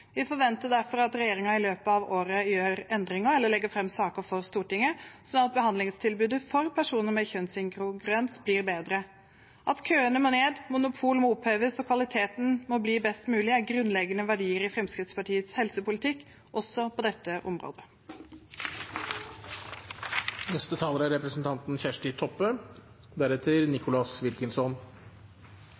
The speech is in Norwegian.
Vi forventer derfor at regjeringen i løpet av året gjør endringer eller legger fram saker for Stortinget, sånn at behandlingstilbudet for personer med kjønnsinkongruens blir bedre. At køene må ned, at monopol må oppheves, og at kvaliteten må bli best mulig, er grunnleggende verdier i Fremskrittspartiets helsepolitikk – også på dette området. Ventetida ved Nasjonal behandlingsteneste for transseksualisme har vore og er